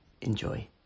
Enjoy